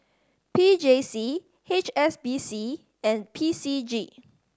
P J C H S B C and P C G